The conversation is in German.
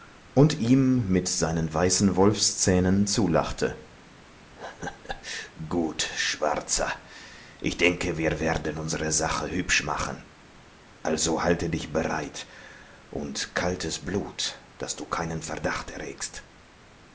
und ihm mit seinen weißen wolfszähnen zulachte gut schwarzer ich denke wir werden unsere sache hübsch machen also halte dich bereit und kaltes blut daß du keinen verdacht erregst